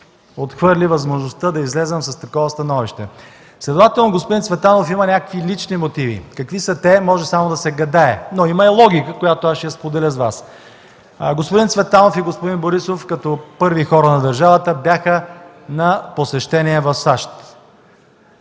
отхвърли възможността да излезем с такова становище. Следователно господин Цветанов има някакви лични мотиви. Какви са те може само да се гадае, но има логика, която аз ще споделя с Вас. Господин Цветанов и господин Борисов, като първи хора на държавата, бяха на посещение в САЩ.